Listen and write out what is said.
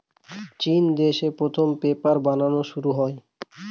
চিন দেশে প্রথম পেপার বানানো শুরু হয়